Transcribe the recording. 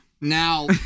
Now